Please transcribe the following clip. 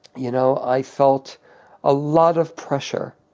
you know, i felt a lot of pressure,